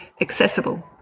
accessible